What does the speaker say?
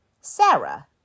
Sarah